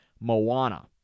Moana